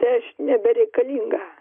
tai aš nebereikalinga